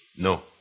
No